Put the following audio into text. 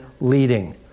leading